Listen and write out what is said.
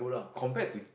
compared to